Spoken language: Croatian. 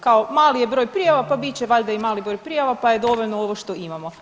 Kao mali je broj prijava, pa bit će valjda i mali broj prijava, pa je dovoljno ovo što imamo.